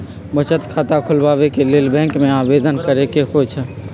बचत खता खोलबाबे के लेल बैंक में आवेदन करेके होइ छइ